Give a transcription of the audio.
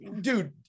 Dude